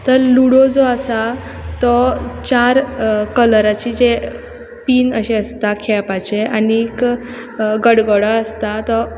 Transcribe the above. तर लुडो जो आसा तो चार कलराचे जे पीन अशें आसता खेळपाचे आनीक गडगडो आसता तो